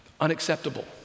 Unacceptable